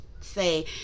say